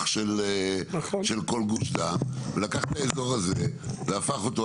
של כל גוש דן ולקח את האזור הזה והפך אותו,